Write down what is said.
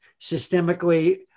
systemically